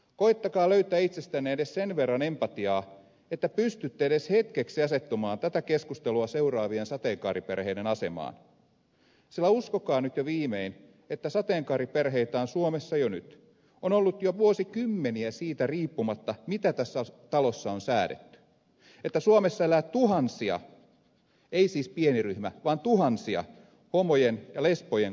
koettakaa löytää itsestänne edes sen verran empatiaa että pystytte edes hetkeksi asettumaan tätä keskustelua seuraavien sateenkaariperheiden asemaan sillä uskokaa nyt jo viimein että sateenkaariperheitä on suomessa jo nyt on ollut jo vuosikymmeniä siitä riippumatta mitä tässä talossa on säädetty että suomessa elää tuhansia ei siis pieni ryhmä vaan tuhansia homojen ja lesbojen kasvattamia lapsia